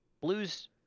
Blue's